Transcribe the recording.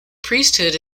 priesthood